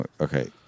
okay